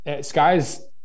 sky's